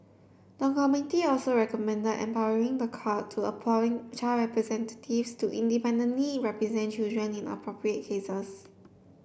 the committee also recommended empowering the court to appoint child representatives to independently represent children in appropriate cases